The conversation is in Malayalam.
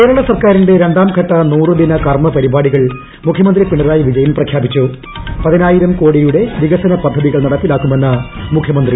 കേരള സർക്കാരിന്റെ രണ്ടാംഘട്ട നൂറുദിന കർമ്മ പരിപാടികൾ മുഖ്യമന്ത്രി പിണറായി വിജയൻ പ്രഖ്യാപിച്ചു പതിനായിരം കോടിയുടെ വികസന പദ്ധതികൾ നടപ്പിലാക്കുമെന്ന് മുഖ്യമന്ത്രി